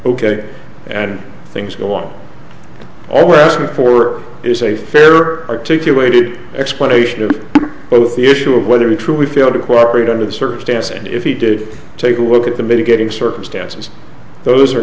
ok and things go on all we're asking for is a fair articulated explanation of both the issue of whether we truly failed to cooperate under the circumstances and if he did take a look at the mitigating circumstances those are